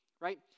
right